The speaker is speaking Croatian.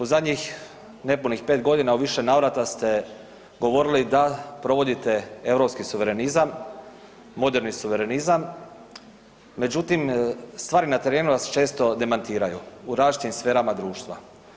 U zadnjih nepunih 5 g. u više navrata ste govorili da provodite europski suverenizam, moderni suverenizam međutim stvari na terenu nas često demantiraju u različitim sferama društva.